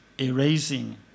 erasing